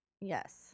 Yes